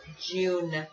June